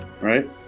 right